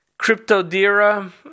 Cryptodira